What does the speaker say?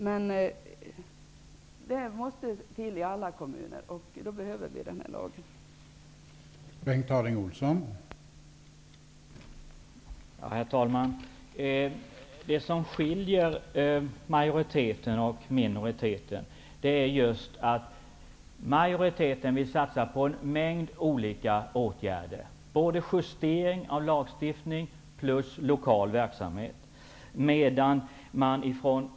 Men det är inte lika väl beställt i alla kommuner, och därför behöver vi den här lagstiftningen.